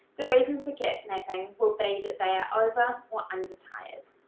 the reasons for catnapping will be that they are over or under tired.